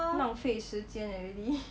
浪费时间 eh really